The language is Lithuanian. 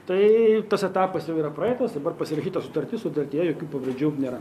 tai tas etapas jau yra praeitas dabar pasirašyta sutartis sutartyje jokių pavyzdžių nėra